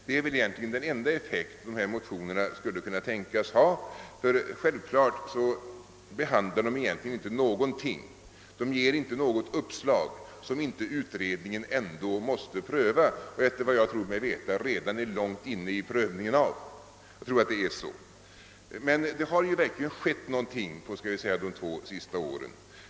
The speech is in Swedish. Det är väl egentligen den enda effekt dessa motioner skulle kunna tänkas ha, ty egentligen ger de inte något uppslag som inte utredningen ändå måste pröva och efter vad jag tror mig veta redan är långt inne i prövningen av. Men det har ju verkligen skett någonting under låt mig säga de två senaste åren.